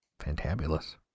fantabulous